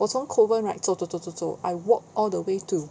我从 kovan right 走走走走 I walk all the way to